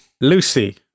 Lucy